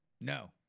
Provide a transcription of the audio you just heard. No